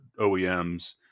OEMs